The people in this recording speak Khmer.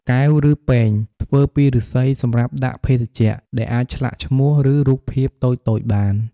កែវ ឬពែង ធ្វើពីឫស្សីសម្រាប់ដាក់ភេសជ្ជៈ ដែលអាចឆ្លាក់ឈ្មោះ ឬរូបភាពតូចៗបាន។